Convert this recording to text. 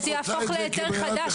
זה שהוא ייתן החלטה מנומקת למה הוא מסרב.